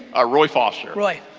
ah roy foster. roy.